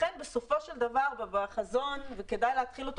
לכן בסופו של דבר בחזון וכדאי להתחיל אותו